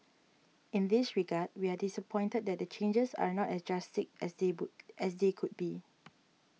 in this regard we are disappointed that the changes are not as drastic as they could be